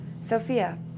Sophia